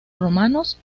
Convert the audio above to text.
romanos